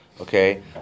okay